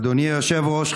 אדוני היושב-ראש,